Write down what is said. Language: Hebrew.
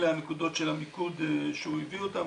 אלה הנקודות של המיקוד שהוא הביא אותם.